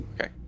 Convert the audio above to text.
okay